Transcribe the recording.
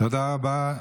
תודה רבה,